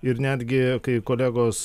ir netgi kai kolegos